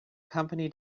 company